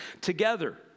together